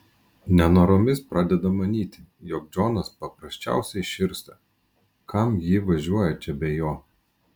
nenoromis pradeda manyti jog džonas paprasčiausiai širsta kam ji važiuoja čia be jo